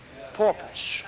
Porpoise